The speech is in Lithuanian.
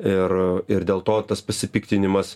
ir ir dėl to tas pasipiktinimas